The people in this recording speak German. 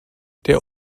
der